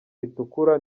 ritukura